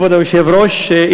כבוד היושב-ראש,